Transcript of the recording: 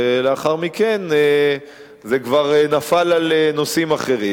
ולאחר מכן זה כבר נפל על נושאים אחרים,